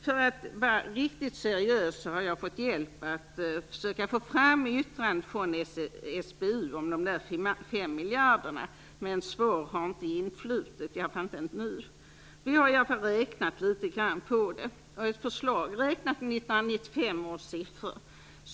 För att vara riktigt seriös har jag fått hjälp att försöka få fram yttrandet från SBU om de 5 miljarderna, men svar har ännu inte influtit. Vi har i alla fall räknat litet grand på det. Vi har ett förslag, räknat i 1995 års siffror.